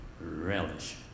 relish